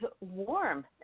warm